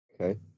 Okay